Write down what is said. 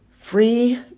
free